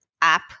app